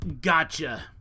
Gotcha